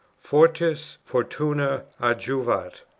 fortes fortuna adjuvat